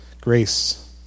Grace